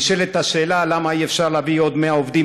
נשאלת השאלה למה אי-אפשר להביא עוד 100 עובדים